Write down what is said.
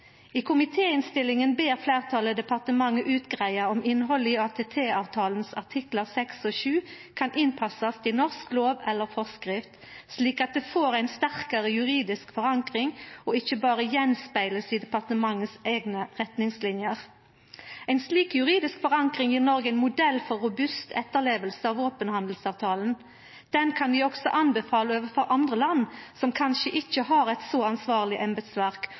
I komitéinnstillinga ber fleirtalet departementet greia ut om innhaldet i artiklane 6 og 7 i ATT-avtalen kan innpassast i norsk lov eller forskrift, slik at det får ei sterkare juridisk forankring og ikkje berre blir avspegla i departementet sine eigne retningslinjer. Ei slik juridisk forankring gjev Noreg ein modell for robust etterleving av våpenhandelsavtalen. Den kan vi òg anbefala overfor andre land, som kanskje ikkje har eit så ansvarleg embetsverk,